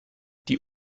die